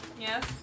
Yes